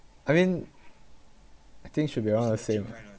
I mean I think should be around the same